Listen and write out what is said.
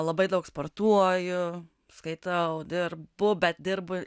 labai daug sportuoju skaitau dirbu bet dirbu